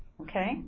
Okay